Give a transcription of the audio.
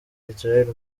israel